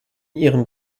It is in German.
ihren